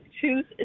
choose